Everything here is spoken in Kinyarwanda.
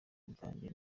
bwanjye